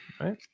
Right